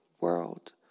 world